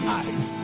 eyes